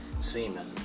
semen